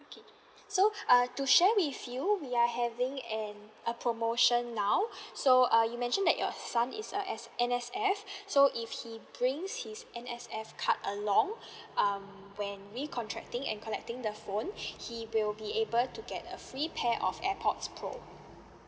okay so uh to share with you we are having an a promotion now so uh you mentioned that your son is a S~ N_S_F so if he brings his N_S_F card along um when recontracing and collecting the phone he will be able to get a free pair of airpods pro